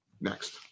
Next